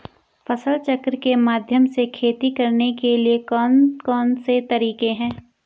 फसल चक्र के माध्यम से खेती करने के लिए कौन कौन से तरीके हैं?